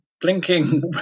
blinking